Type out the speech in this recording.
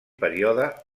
període